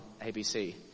ABC